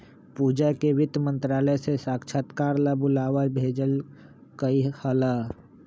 पूजा के वित्त मंत्रालय से साक्षात्कार ला बुलावा भेजल कई हल